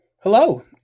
Hello